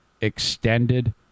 Extended